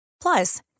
Plus